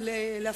את